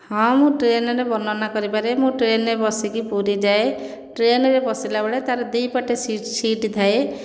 ହଁ ମୁଁ ଟ୍ରେନରେ ବର୍ଣ୍ଣନା କରିପାରେ ମୁଁ ଟ୍ରେନରେ ବସିକି ପୁରୀ ଯାଏ ଟ୍ରେନରେ ବସିଲା ବେଳେ ତା ଦୁଇ ପଟେ ସିଟ ଥାଏ